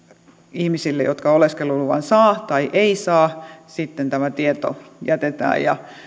ihmisille jotka oleskeluluvan saavat tai eivät saa sitten tämä tieto jätetään